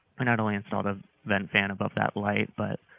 we not only installed the vent fan above that light, but